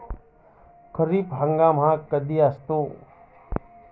खरीप हंगाम हा कधी असतो?